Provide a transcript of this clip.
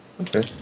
okay